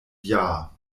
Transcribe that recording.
jahr